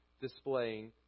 displaying